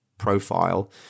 profile